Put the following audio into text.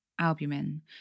albumin